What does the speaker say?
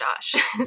Josh